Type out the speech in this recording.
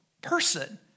person